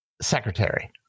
secretary